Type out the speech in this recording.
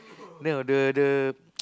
no the the